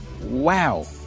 wow